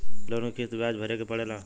Loan के कितना ब्याज भरे के पड़े ला?